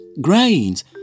Grains